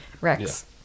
Rex